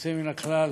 יוצא מן הכלל,